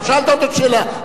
אתה שאלת אותו שאלה.